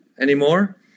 anymore